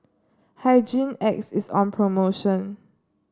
Hygin X is on promotion